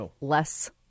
less